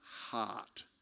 heart